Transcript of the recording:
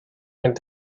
and